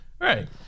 right